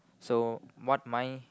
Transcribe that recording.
so what mind